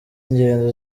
ingendo